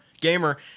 Gamer